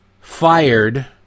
fired